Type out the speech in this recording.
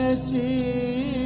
c